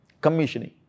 commissioning